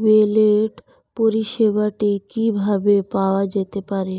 Wallet পরিষেবাটি কিভাবে পাওয়া যেতে পারে?